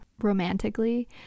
romantically